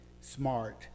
smart